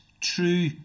true